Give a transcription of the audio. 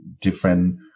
different